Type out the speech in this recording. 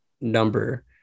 number